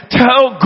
tell